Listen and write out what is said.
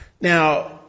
Now